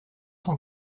cent